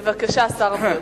בבקשה, שר הבריאות.